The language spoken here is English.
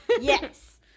Yes